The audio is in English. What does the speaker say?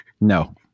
No